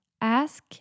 Ask